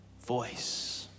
voice